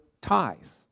ties